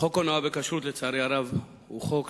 לצערי הרב, חוק הונאה בכשרות הוא חוק